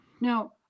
Now